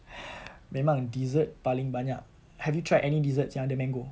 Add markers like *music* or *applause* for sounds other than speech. *noise* memang dessert paling banyak have you tried any desserts yang ada mango